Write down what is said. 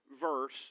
verse